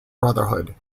brotherhood